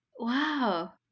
Wow